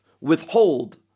withhold